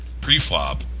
pre-flop